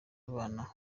abana